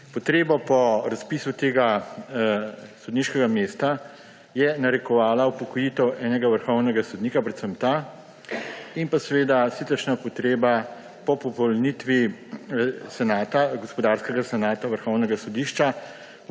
Potrebo po razpisu tega sodniškega mesta je narekovala upokojitev enega vrhovnega sodnika, predvsem ta, in pa siceršnja potreba po popolnitvi gospodarskega senata Vrhovnega sodišča.